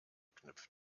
knüpft